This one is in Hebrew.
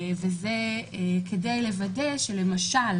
וזה כדי לוודא שלמשל